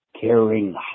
caring